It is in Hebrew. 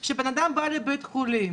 , רגע, כשבן אדם בא לבית חולים